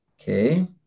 okay